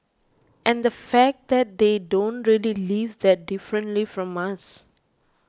and the fact that they don't really live that differently from us